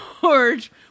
George